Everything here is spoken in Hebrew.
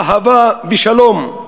אהבה ושלום.